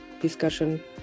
discussion